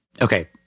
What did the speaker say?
Okay